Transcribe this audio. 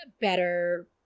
better